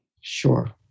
Sure